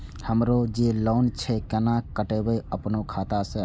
हमरो जे लोन छे केना कटेबे अपनो खाता से?